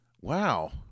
Wow